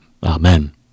Amen